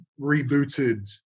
rebooted